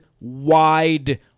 wide